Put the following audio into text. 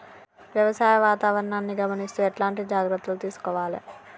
వ్యవసాయ వాతావరణాన్ని గమనిస్తూ ఎట్లాంటి జాగ్రత్తలు తీసుకోవాలే?